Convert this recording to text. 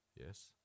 Yes